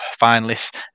finalists